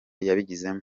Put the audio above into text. yabigizemo